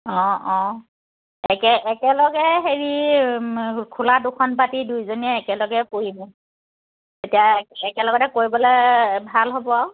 অঁ অঁ একে একেলগে হেৰি খোলা দুখন পাতি দুইজনীয়ে একেলগে কৰিম তেতিয়া একেলগতে কৰিবলৈ ভাল হ'ব আৰু